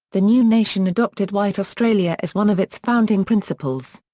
the new nation adopted white australia as one of its founding principles.